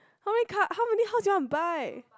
how many car how many house you want buy